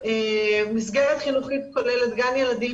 מסגרת חינוכית כוללת גן ילדים,